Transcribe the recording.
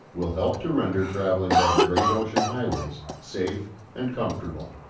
will help to render travelling by the great ocean highways safe and comfortable.